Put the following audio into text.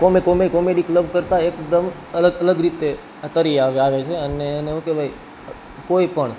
કોમે કોમે comedy club કરતાં એકદમ અલગ અલગ રીતે તરી આવે છે અને એને શું કહેવાય કોઈપણ